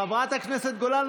חברת הכנסת גולן,